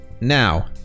Now